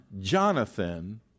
Jonathan